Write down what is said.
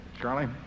Charlie